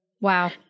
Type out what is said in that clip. Wow